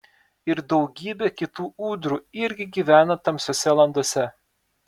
ir daugybė kitų ūdrų irgi gyvena tamsiose landose